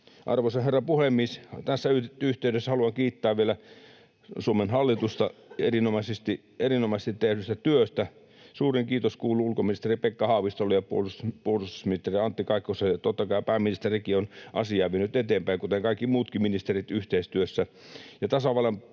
Arvoisa herra puhemies! Tässä yhteydessä haluan kiittää vielä Suomen hallitusta erinomaisesti tehdystä työstä. Suurin kiitos kuuluu ulkoministeri Pekka Haavistolle ja puolustusministeri Antti Kaikkoselle. Totta kai pääministerikin on asiaa vienyt eteenpäin, kuten kaikki muutkin ministerit yhteistyössä,